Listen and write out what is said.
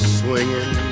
swinging